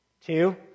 Two